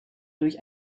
durch